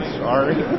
sorry